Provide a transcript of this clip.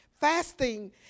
Fasting